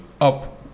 up